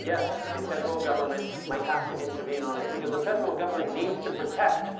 yes, a federal government might have to intervene on this. because a federal government needs to protect